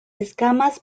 escamas